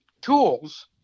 tools